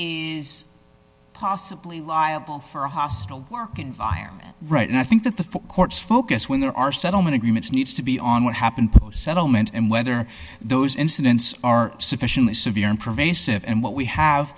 is possibly liable for a hostile work environment right and i think that the court's focus when there are settlement agreements needs to be on what happened settlement and whether those incidents are sufficiently severe and pervasive and what we have